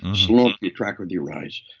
slowly tracked with your eyes.